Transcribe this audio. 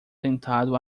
sentado